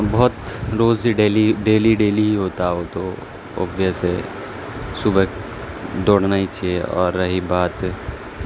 بہت روز daily daily daily ہی ہوتا وہ تو اویس سے صبح دوڑنا ہی چاہیے اور رہی بات